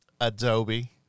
Adobe